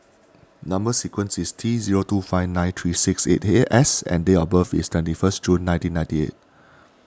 Number Sequence is T zero two five nine three six eight eight S and date of birth is twenty first June nineteen ninety eight